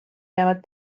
peavad